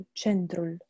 centrul